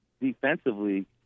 defensively